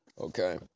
Okay